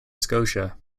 scotia